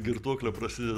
girtuoklio prasideda